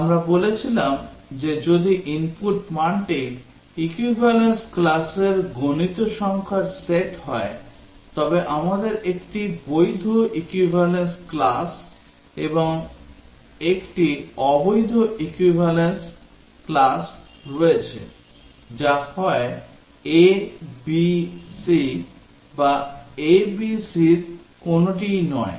আমরা বলেছিলাম যে যদি ইনপুট মানটি equivalence classর গনিত সংখ্যার সেট হয় তবে আমাদের 1 টি বৈধ equivalence class এবং 1 অবৈধ equivalence class রয়েছে যা হয় a b c বা a b c এর কোনটাই নয়